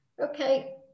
Okay